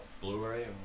Blu-ray